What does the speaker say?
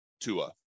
Tua